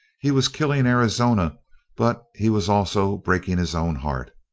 he was killing arizona but he was also breaking his own heart.